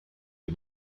des